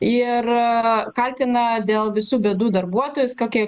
ir kaltina dėl visų bėdų darbuotojus kokia